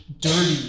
dirty